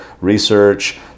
research